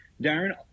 Darren